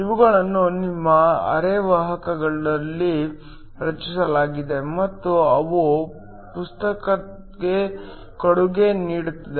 ಇವುಗಳನ್ನು ನಿಮ್ಮ ಅರೆವಾಹಕದಲ್ಲಿ ರಚಿಸಲಾಗಿದೆ ಮತ್ತು ಅವು ಪ್ರಸ್ತುತಕ್ಕೆ ಕೊಡುಗೆ ನೀಡುತ್ತವೆ